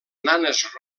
nanes